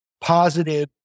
positive